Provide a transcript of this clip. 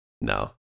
No